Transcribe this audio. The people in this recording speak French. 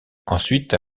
ensuite